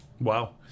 Wow